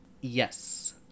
Yes